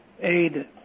aid